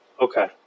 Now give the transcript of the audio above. Okay